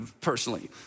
personally